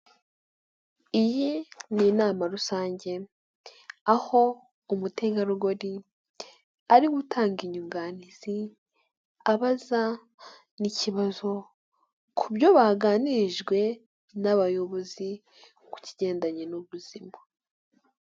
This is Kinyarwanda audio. Iyi ni inama rusange aho umutegarugori ari gutanga inyunganizi abaza n'ikibazo ku byo baganirijwe n'abayobozi kuki kigendanye n'ubuzima.